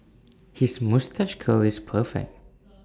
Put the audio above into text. his moustache curl is perfect